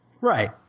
Right